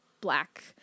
black